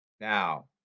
Now